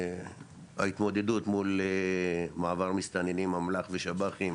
ההתמודדות מול מעבר מסתננים אמל"ח ושב"חים